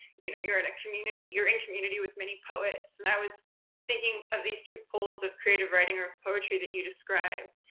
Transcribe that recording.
you know, you're in a community, you're in community with many poets, and i was thinking of these two poles of creative writing or poetry that you described,